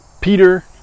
Peter